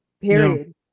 Period